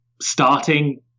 starting